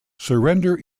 surrender